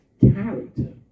character